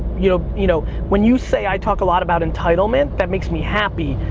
you know you know, when you say i talk a lot about entitlement, that makes me happy,